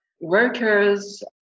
workers